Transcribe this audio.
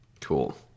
Cool